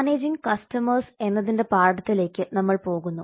managing customers എന്നതിൻറെ പാഠത്തിലേക്ക് നമ്മൾ പോകുന്നു